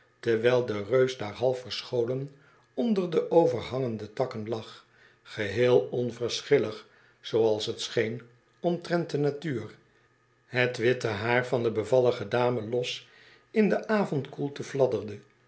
terwijl de reus daar half verscholen onder de overhangende takken lag geheel onverschillig zooals t scheen omtrent de natuur hebt witte haar der bevallige dame los in de avondkoelte